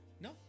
no